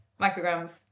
micrograms